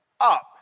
up